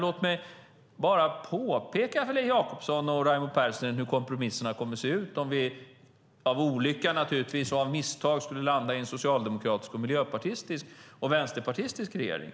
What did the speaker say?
Låt mig bara påpeka hur kompromisserna kommer att se ut om vi, av olycka och misstag naturligtvis, skulle få en socialdemokratisk, miljöpartistisk och vänsterpartistisk regering.